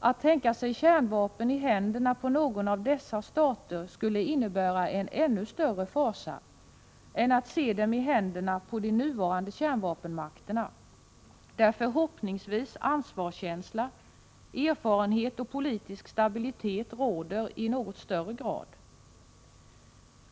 Att tänka sig kärnvapen i händerna på någon av dessa stater skulle innebära en ännu större fasa än att se dem i händerna på de nuvarande kärnvapenmakterna, där förhoppningsvis ansvarskänsla, erfarenhet och politisk stabilitet råder i något högre grad.